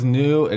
new